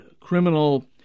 criminal